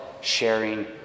sharing